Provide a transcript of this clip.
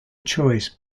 choice